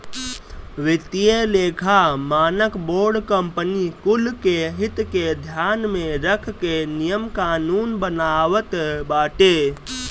वित्तीय लेखा मानक बोर्ड कंपनी कुल के हित के ध्यान में रख के नियम कानून बनावत बाटे